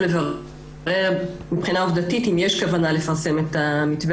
לברר מבחינה עובדתית אם יש כוונה לפרסם את מתווה